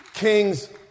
Kings